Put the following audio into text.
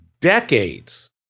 decades